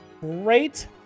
great